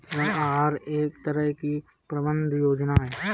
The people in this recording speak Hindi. ऋण आहार एक तरह की प्रबन्धन योजना है